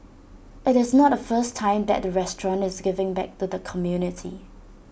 IT is not the first time that the restaurant is giving back to the community